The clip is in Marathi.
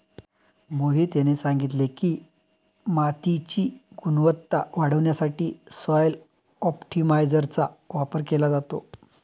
मोहित यांनी सांगितले की, मातीची गुणवत्ता वाढवण्यासाठी सॉइल ऑप्टिमायझरचा वापर केला जातो